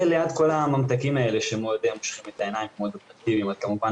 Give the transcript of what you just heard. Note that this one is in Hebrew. וליד כל הממתקים האלה שמושכים את העיניים ומאוד אטרקטיביים כמובן